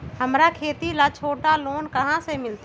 हमरा खेती ला छोटा लोने कहाँ से मिलतै?